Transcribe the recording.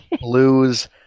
blues